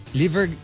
liver